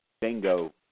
Bingo